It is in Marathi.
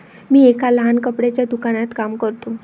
मी एका लहान कपड्याच्या दुकानात काम करतो